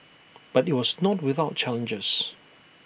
but IT was not without challenges